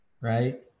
right